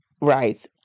Right